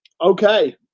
Okay